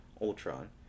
Ultron